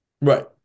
Right